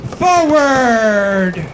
forward